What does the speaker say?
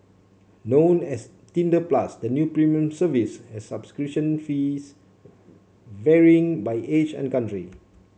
known as Tinder Plus the new premium service has subscription fees varying by age and country